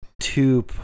two